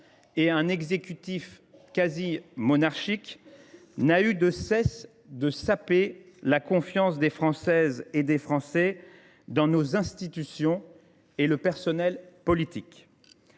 de l’exécutif, n’a eu de cesse de saper la confiance des Françaises et des Français dans nos institutions et le personnel politique.